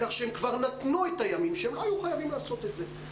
על-כך שהם כבר נתנו את הימים כשהם לא היו חייבים לעשות את זה.